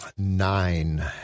Nine